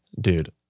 dude